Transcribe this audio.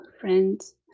friends